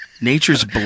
Nature's